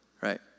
right